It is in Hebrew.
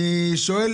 אני אוסיף.